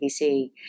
BBC